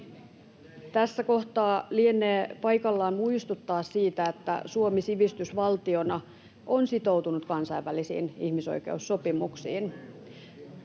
Tässä kohtaa lienee paikallaan muistuttaa siitä, että Suomi sivistysvaltiona on sitoutunut kansainvälisiin ihmisoikeussopimuksiin.